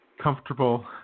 comfortable